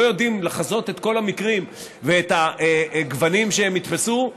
יודעים לחזות את כל המקרים ואת הגוונים שהם יתפסו,